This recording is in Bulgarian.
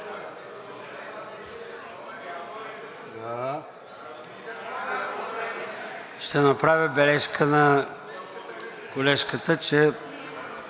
Ще направя бележка на колежката, че